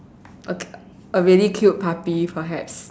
okay a a really cute puppy perhaps